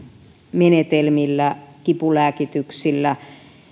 menetelmillä kipulääkityksillä